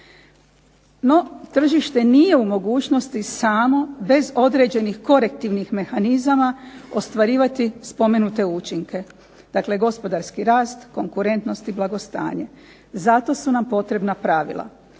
No tržište nije u mogućnosti samo bez određenih korektivnih mehanizama ostvarivati spomenute učinke, dakle gospodarski rast, konkurentnost i blagostanje. Zato su nam potrebna pravila,